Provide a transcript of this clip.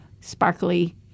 sparkly